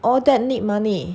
all that need money